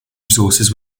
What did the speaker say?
resources